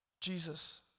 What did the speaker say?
Jesus